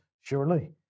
surely